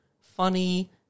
funny